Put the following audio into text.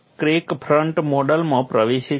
crack front મોડેલમાં પ્રવેશે છે